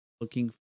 looking